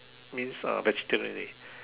means uh vegetarian already